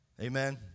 Amen